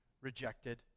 rejected